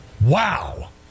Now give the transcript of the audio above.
Wow